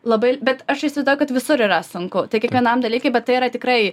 labai bet aš įsivaizduoju kad visur yra sunku tai kiekvienam dalykai bet tai yra tikrai